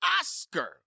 Oscar